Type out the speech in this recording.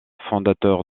fondateur